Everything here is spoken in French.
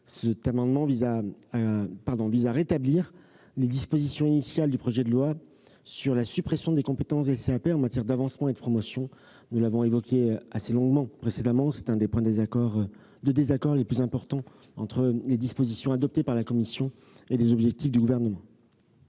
Cet amendement vise en effet à rétablir les dispositions initiales du projet de loi relatives à la suppression des compétences des CAP en matière d'avancement et de promotion. Nous avons évoqué ce sujet assez longuement précédemment ; c'est l'un des points de désaccord les plus importants entre les dispositions adoptées par votre commission et les objectifs du Gouvernement.